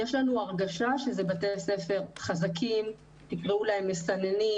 אלא יש לנו הרגשה שזה בתי ספר חזקים תקראו להם מסננים